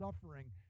suffering